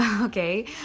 Okay